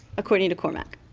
according to cormac.